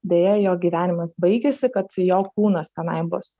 deja jo gyvenimas baigėsi kad jo kūnas tenai bus